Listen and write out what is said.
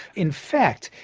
in fact,